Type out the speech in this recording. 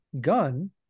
gun